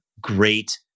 great